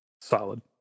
Solid